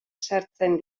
sartzen